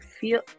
feel